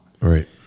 Right